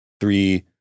three